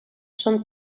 són